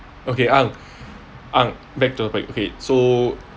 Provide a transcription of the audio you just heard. okay ang ang back to~ okay so